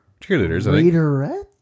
cheerleaders